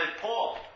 Paul